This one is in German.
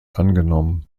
angenommen